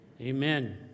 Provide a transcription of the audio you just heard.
Amen